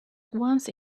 once